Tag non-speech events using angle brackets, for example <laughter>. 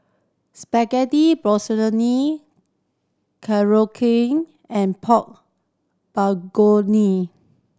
Spaghetti <unintelligible> Korokke and Pork Bulgoni